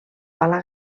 pala